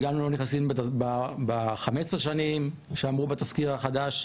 וגם הם לא נכנסים ב-15 שנים שאמרו בתזכיר החדש,